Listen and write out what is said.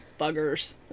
buggers